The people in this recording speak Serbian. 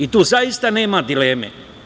I tu zaista nema dileme.